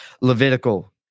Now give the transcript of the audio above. Levitical